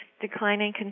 declining